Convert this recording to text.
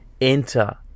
enter